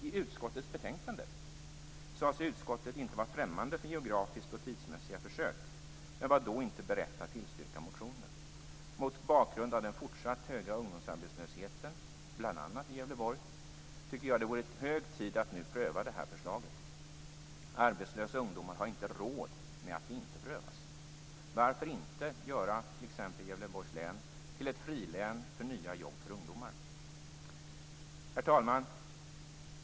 I utskottets betänkande sade sig utskottet inte vara främmande för geografiska och tidsmässiga försök, men var då inte berett att tillstyrka motionen. Mot bakgrund av den fortsatt höga ungdomsarbetslösheten bl.a. i Gävleborg tycker jag att det vore hög tid att nu pröva det här förslaget. Arbetslösa ungdomar har inte råd med att det inte prövas. Varför inte göra t.ex. Gävleborgs län till ett frilän för nya jobb för ungdomar? Herr talman!